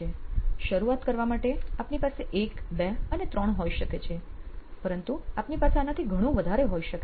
શરૂઆત કરવા માટે આપની પાસે 1 2 અને 3 હોઈ શકે છે પરંતુ આપની પાસે આનાથી ઘણું વધારે હોઈ શકે છે